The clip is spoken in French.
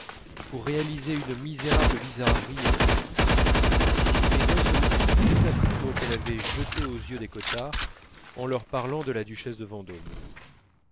pour réaliser une misérable bizarrerie esthétique dissiper d'un seul coup toute la poudre qu'elle avait jetée aux yeux des cottard en leur parlant de la duchesse de vendôme